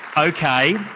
okay,